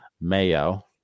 Mayo